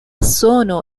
sono